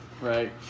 Right